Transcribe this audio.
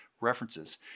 references